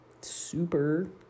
super